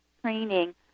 training